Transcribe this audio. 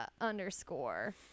underscore